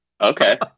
Okay